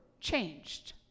changed